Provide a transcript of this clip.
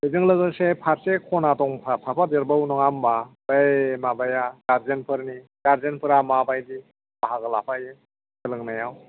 बेजों लोगोसे फारसे खना दंफा थाफादेरबावयो नङा होनबा बै माबाया गार्जेनफोरनि गार्जेनफोरा माबादि बाहागो लाफायो सोलोंनायाव